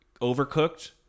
overcooked